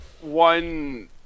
one